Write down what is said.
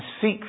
seek